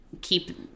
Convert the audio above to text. keep